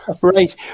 Right